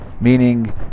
Meaning